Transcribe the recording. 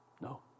No